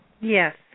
Yes